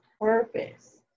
purpose